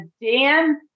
Dan